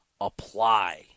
apply